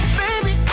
baby